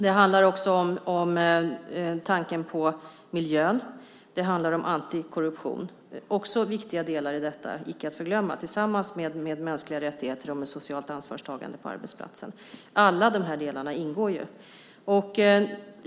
Det handlar även om tanken på miljön och om antikorruption, också viktiga delar i detta, icke att förglömma, tillsammans med mänskliga rättigheter och socialt ansvarstagande på arbetsplatsen. Alla de här delarna ingår ju.